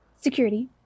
Security